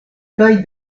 kaj